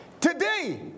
Today